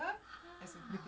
yes